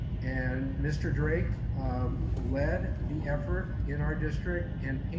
and mr. drake um led the effort in our district and